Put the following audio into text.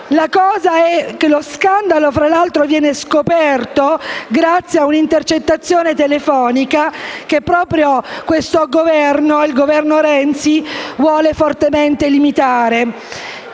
Lo scandalo, fra l'altro, è stato scoperto grazie a un'intercettazione telefonica, che proprio il Governo Renzi vuole fortemente limitare.